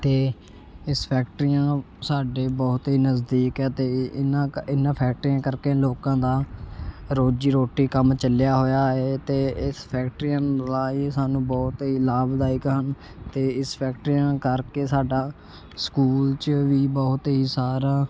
ਅਤੇ ਇਸ ਫੈਕਟਰੀਆਂ ਸਾਡੇ ਬਹੁਤ ਹੀ ਨਜ਼ਦੀਕ ਹੈ ਅਤੇ ਇਹਨਾਂ ਕ ਇਹਨਾਂ ਫੈਕਟਰੀਆਂ ਕਰਕੇ ਲੋਕਾਂ ਦਾ ਰੋਜ਼ੀ ਰੋਟੀ ਕੰਮ ਚੱਲਿਆ ਹੋਇਆ ਹੈ ਅਤੇ ਇਸ ਫੈਕਟਰੀਆਂ ਰਾਹੀਂ ਸਾਨੂੰ ਬਹੁਤ ਹੀ ਲਾਭਦਾਇਕ ਹਨ ਅਤੇ ਇਸ ਫੈਕਟਰੀਆਂ ਕਰਕੇ ਸਾਡਾ ਸਕੂਲ 'ਚ ਵੀ ਬਹੁਤ ਹੀ ਸਾਰਾ